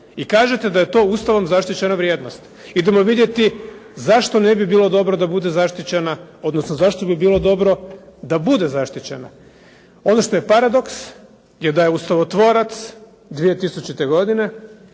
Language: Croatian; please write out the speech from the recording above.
i kažete da je to Ustavom zaštićena vrijednost. Idemo vidjeti zašto ne bi bilo dobro da bude zaštićena, odnosno zašto bi bilo dobro da bude zaštićena. Ono što je paradoks je da je ustavotvorac 2000. godine